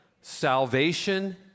Salvation